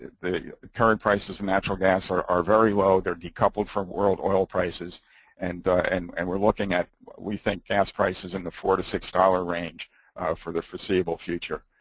the current prices in natural gas are are very low. they're decoupled from world oil prices and and and we're looking at what we think gas prices in the four to six-dollar range for the foreseeable future.